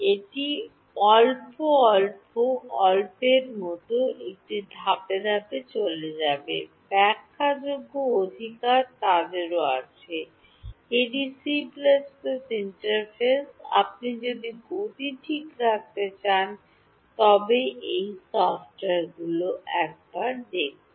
এটি অল্প অল্প মতো এটি ধাপে ধাপে চলে যাবে ব্যাখ্যা যোগ্য অধিকার তাদের ও আছে একটি C ইন্টারফেস আপনি যদি গতি ঠিক রাখতে চান তবে এই সফ্টওয়্যারটি একবার দেখুন